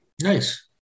Nice